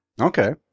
Okay